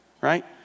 right